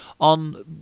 on